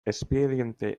espediente